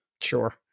Sure